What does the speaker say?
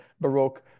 Baroque